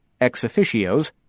Ex-officios